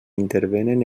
intervenen